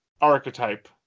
archetype